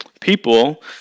People